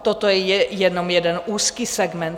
Toto je jenom jeden úzký segment.